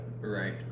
Right